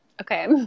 Okay